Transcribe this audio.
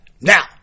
Now